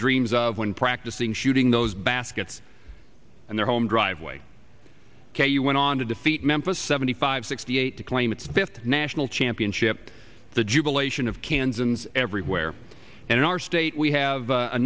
dreams of when practicing shooting those baskets and their home driveway you went on to defeat memphis seventy five sixty eight to claim its best national championship the jubilation of kansans everywhere and in our state we have a